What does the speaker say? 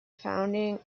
founding